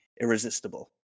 irresistible